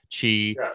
chi